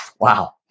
Wow